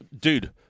Dude